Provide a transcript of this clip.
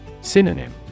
Synonym